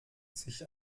sich